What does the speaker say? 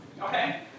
Okay